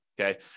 Okay